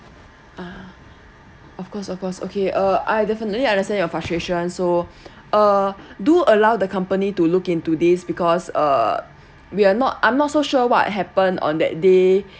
ah of course of course okay uh I definitely understand your frustration so uh do allow the company to look into this because uh we are not I'm not so sure what happen on that day